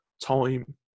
time